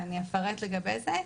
ואני אפרט לגבי זה,